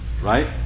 Right